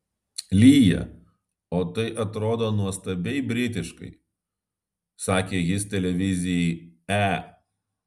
lyja o tai atrodo nuostabiai britiškai sakė jis televizijai e